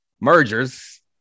mergers